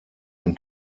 ein